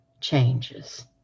changes